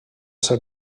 ser